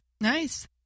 Nice